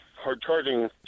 hard-charging